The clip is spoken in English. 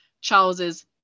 Charles's